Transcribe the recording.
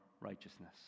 righteousness